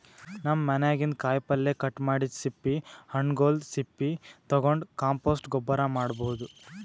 ನಮ್ ಮನ್ಯಾಗಿನ್ದ್ ಕಾಯಿಪಲ್ಯ ಕಟ್ ಮಾಡಿದ್ದ್ ಸಿಪ್ಪಿ ಹಣ್ಣ್ಗೊಲ್ದ್ ಸಪ್ಪಿ ತಗೊಂಡ್ ಕಾಂಪೋಸ್ಟ್ ಗೊಬ್ಬರ್ ಮಾಡ್ಭೌದು